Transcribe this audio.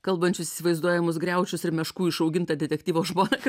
kalbančius įsivaizduojamus griaučius ir meškų išaugintą detektyvo žmoną